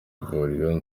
vuriro